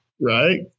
Right